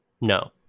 No